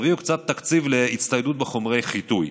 ותביאו קצת תקציב להצטיידות בחומרי חיטוי.